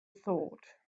thought